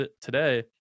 today